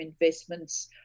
investments